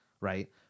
right